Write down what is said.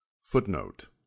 Footnote